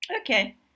Okay